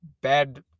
bad